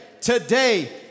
Today